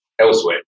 elsewhere